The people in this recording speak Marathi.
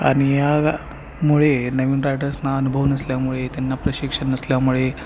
आणि या मुळे नवीन रायडर्सना अनुभव नसल्यामुळे त्यांना प्रशिक्षण नसल्यामुळे